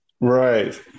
right